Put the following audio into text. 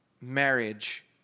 marriage